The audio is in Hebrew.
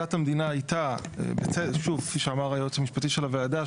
עמדת המדינה הייתה שוב כפי שאמר היועץ המשפטי של הוועדה,